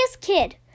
kid